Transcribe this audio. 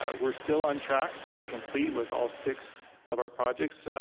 ah we're still on track to be complete with all six of our projects,